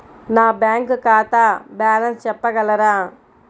నా బ్యాంక్ ఖాతా బ్యాలెన్స్ చెప్పగలరా?